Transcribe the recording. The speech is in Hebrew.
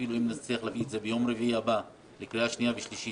אפילו אם נצליח להביא את זה ביום רביעי הבא לקריאה שנייה ושלישית,